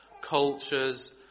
cultures